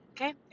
okay